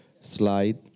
slide